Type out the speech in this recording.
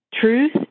Truth